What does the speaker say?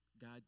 God